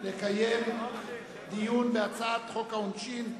לקיים דיון בהצעות חוק העונשין,